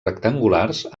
rectangulars